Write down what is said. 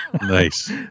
Nice